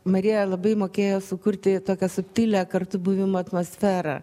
marija labai mokėjo sukurti tokią subtilią kartu buvimo atmosferą